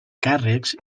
càrrecs